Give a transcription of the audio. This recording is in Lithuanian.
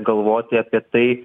galvoti apie tai